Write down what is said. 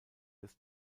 des